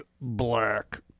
black